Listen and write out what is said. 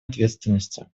ответственности